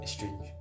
Strange